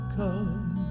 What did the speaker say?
come